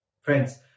Friends